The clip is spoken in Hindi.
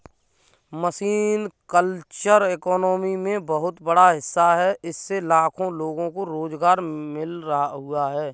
मरीन कल्चर इकॉनमी में बहुत बड़ा हिस्सा है इससे लाखों लोगों को रोज़गार मिल हुआ है